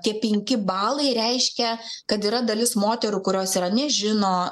tie penki balai reiškia kad yra dalis moterų kurios yra nežino